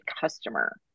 customer